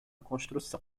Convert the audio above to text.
construção